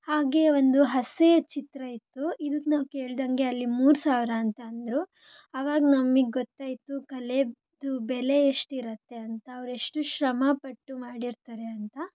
ಹಾಗೆ ಒಂದು ಹಸೆಯ ಚಿತ್ರ ಇತ್ತು ಇದಕ್ಕೆ ನಾವು ಕೇಳಿದಂಗೆ ಅಲ್ಲಿ ಮೂರು ಸಾವಿರ ಅಂತ ಅಂದರು ಆವಾಗ ನಮಿಗೆ ಗೊತ್ತಾಯಿತು ಕಲೆದು ಬೆಲೆ ಎಷ್ಟಿರುತ್ತೆ ಅಂತ ಅವರೆಷ್ಟು ಶ್ರಮಪಟ್ಟು ಮಾಡಿರ್ತಾರೆ ಅಂತ